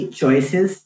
choices